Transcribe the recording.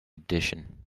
addition